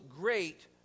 great